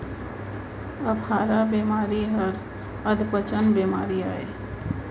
अफारा बेमारी हर अधपचन बेमारी अय